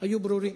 היו ברורים.